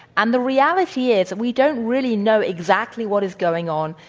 and the reality is we don't really know exactly what is going on,